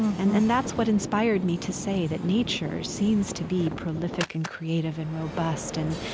and and that's what inspired me to say that nature seems to be prolific and creative and robust and,